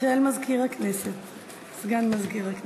של סגן מזכירת הכנסת.